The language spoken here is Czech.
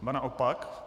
Ba naopak.